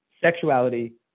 sexuality